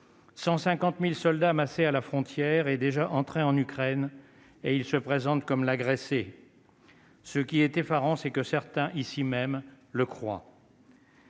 50 1000 soldats massés à la frontière et déjà entrés en Ukraine et il se présente comme l'agressé. Ce qui est effarant, c'est que certains ici même le crois.